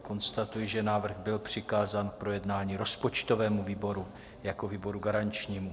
Konstatuji, že návrh byl přikázán k projednání rozpočtovému výboru jako výboru garančnímu.